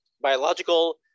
biological